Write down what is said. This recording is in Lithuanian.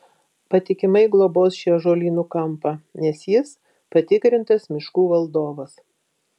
patikimai globos šį ąžuolynų kampą nes jis patikrintas miškų valdovas